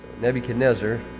Nebuchadnezzar